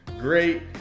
great